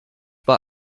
war